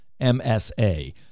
MSA